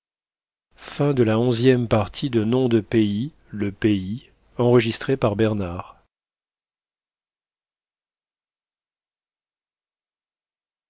le roi de le